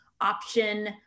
option